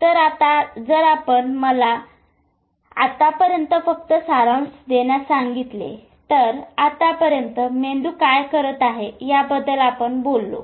तर आता जर आपण मला आत्तापर्यंत फक्त सारांश देण्यास सांगितले तर आतापर्यंत मेंदू काय करत आहे याबद्दल आपण बोललो